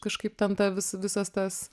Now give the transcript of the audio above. kažkaip ten ta vis visas tas